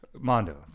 mondo